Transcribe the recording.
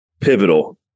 pivotal